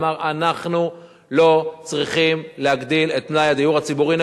הוא אמר: אנחנו לא צריכים להגדיל את מלאי הדיור הציבורי,